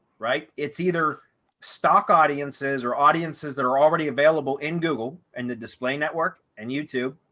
right? it's either stock audiences or audiences that are already available in google and the display network and youtube.